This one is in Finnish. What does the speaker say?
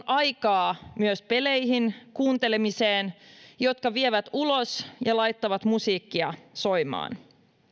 aikaa myös peleihin kuuntelemiseen ja jotka vievät ulos ja laittavat musiikkia soimaan